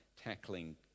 tackling